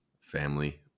family